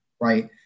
right